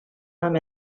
amb